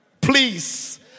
Please